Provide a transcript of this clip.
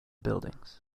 buildings